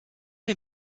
mir